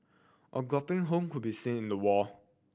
a gaping home could be seen in the wall